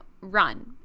run